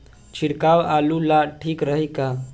छिड़काव आलू ला ठीक रही का?